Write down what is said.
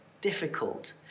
difficult